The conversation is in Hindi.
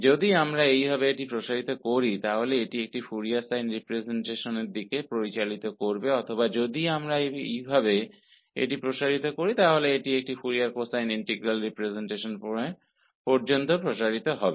यदि हम इसे इस तरह से बढ़ाते हैं तो इससे फ़ोरियर साइन रिप्रेसेंटेशन प्राप्त होगा या यदि हम इसे इस तरह से विस्तारित करते हैं तो यह फ़ोरियर कोसाइन रिप्रेसेंटेशन के लिए विस्तारित होगा